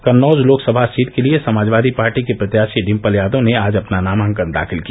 Kannauj Lok Sabha seat के लिये Samajwadi party की प्रत्याषी डिम्पल यादव ने आज अपना नामांकन दाखिल किया